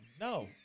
No